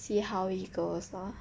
see how it goes lor